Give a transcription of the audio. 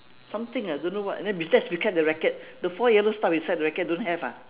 something ah don't know what just beside the racket the four yellow stuff beside the racket don't have ah